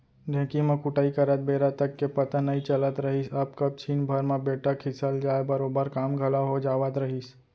ढेंकी म कुटई करत बेरा तक के पता नइ चलत रहिस कब छिन भर म बेटा खिसल जाय बरोबर काम घलौ हो जावत रहिस